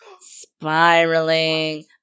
Spiraling